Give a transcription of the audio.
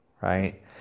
right